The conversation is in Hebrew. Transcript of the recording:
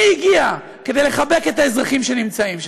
מי הגיע כדי לחבק את האזרחים שנמצאים שם?